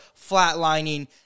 flatlining